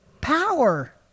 power